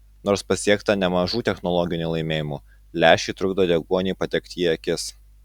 nors pasiekta nemažų technologinių laimėjimų lęšiai trukdo deguoniui patekti į akis